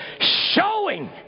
showing